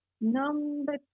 Number